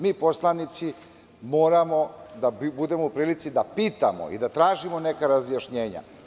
Mi poslanici moramo da budemo u prilici da pitamo i da tražimo neka razjašnjenja.